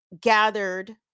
gathered